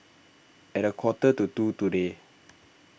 at a quarter to two today